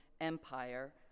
Empire